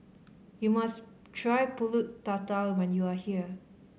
you must try Pulut Tatal when you are here